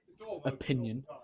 Opinion